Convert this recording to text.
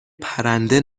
پرنده